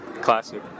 Classic